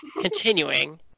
continuing